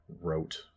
wrote